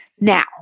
Now